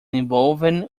evolving